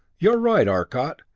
you're right, arcot.